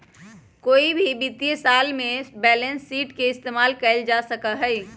कोई भी वित्तीय साल में बैलेंस शीट के इस्तेमाल कइल जा सका हई